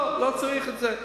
לא, לא צריך את זה.